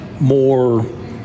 more